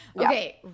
Okay